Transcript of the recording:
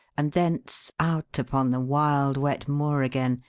and thence out upon the wild, wet moor again,